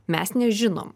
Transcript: mes nežinom